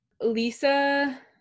Lisa